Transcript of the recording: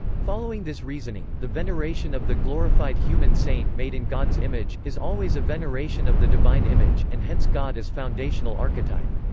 following this reasoning, the veneration of the glorified human saint made in god's image, is always a veneration of the divine image, and hence god as foundational archetype.